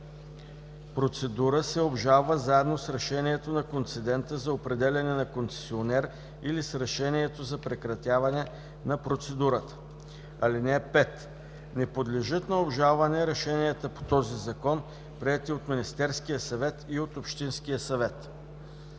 процедура се обжалва заедно с решението на концедента за определяне на концесионер или с решението за прекратяване на процедурата. (5) Не подлежат на обжалване решенията по този закон, приети от Министерския съвет и от общински съвет.“